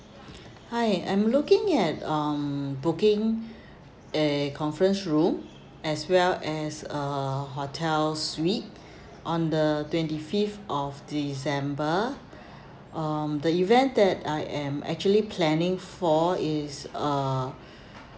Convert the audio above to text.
hi I'm looking at um booking a conference room as well as a hotel suite on the twenty fifth of december um the event that I am actually planning for is a